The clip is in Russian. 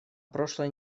прошлой